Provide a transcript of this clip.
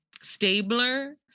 Stabler